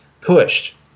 pushed